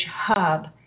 hub